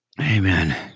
Amen